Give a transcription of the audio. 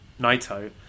Naito